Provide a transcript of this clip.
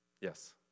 Yes